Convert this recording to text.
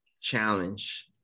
challenge